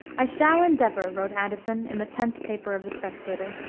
i shall endeavor, wrote addison, in the tenth paper of the spectator,